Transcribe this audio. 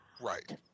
Right